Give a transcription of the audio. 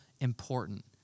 important